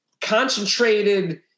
concentrated